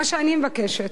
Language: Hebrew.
מה שאני מבקשת,